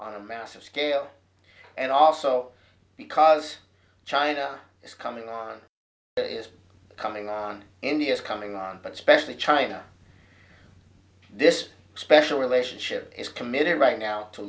a massive scale and also because china is coming on is coming on india's coming on but especially china this special relationship is committed right now to